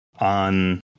on